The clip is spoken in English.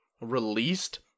released